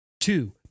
two